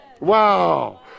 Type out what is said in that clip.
Wow